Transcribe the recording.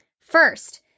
first